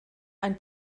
ein